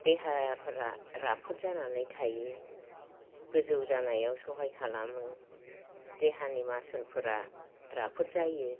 देहाफोरा राफोद जानानै थायो गोजौ जानायाव सहाय खालामो देहानि मासलफोरा राफोद जायो